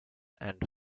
and